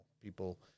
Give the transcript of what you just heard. People